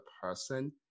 person